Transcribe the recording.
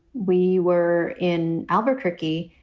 we were in albuquerque,